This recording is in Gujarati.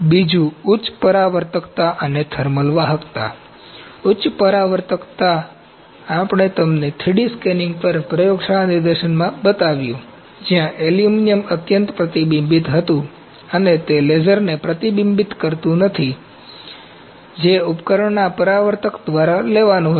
બીજુ ઉચ્ચ પરાવર્તકતા અને થર્મલ વાહકતા ઉચ્ચ પરાવર્તકતા અમે તમને 3D સ્કેનીંગ પર પ્રયોગશાળાના પ્રદર્શનમાં બતાવ્યું જ્યા એલ્યુમિનિયમ અત્યંત પ્રતિબિંબીત હતું અને તે લેસરને પ્રતિબિંબિત કરતું નથી જે ઉપકરણના પરાવર્તક દ્વારા લેવાનું હતું